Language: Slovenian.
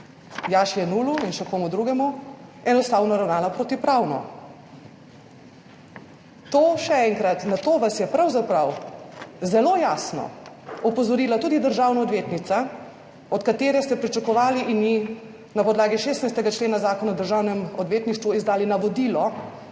Jaši Jenullu in še komu drugemu, enostavno ravnala protipravno. Še enkrat, na to vas je pravzaprav zelo jasno opozorila tudi državna odvetnica, od katere ste pričakovali in ji na podlagi 16. člena Zakona o državnem odvetništvu izdali navodilo,